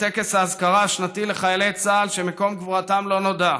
בטקס האזכרה השנתי לחיילי צה"ל שמקום קבורתם לא נודע,